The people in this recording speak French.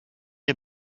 est